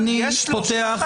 רק הערה לפרוטוקול,